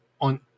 on